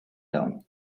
down